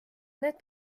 need